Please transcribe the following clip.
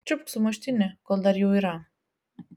čiupk sumuštinį kol dar jų yra